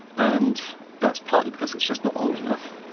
and that's partly because it's just not old enough,